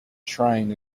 train